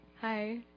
Hi